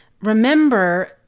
Remember